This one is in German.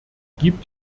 gibt